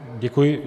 Děkuji.